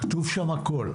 כתוב שם הכול.